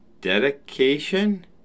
Dedication